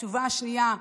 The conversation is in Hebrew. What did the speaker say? תשובה שנייה.